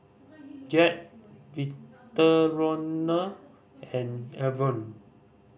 Jed Victoriano and Avon